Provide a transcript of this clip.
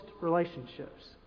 relationships